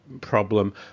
problem